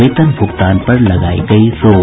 वेतन भुगतान पर लगाई गयी रोक